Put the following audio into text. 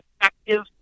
effective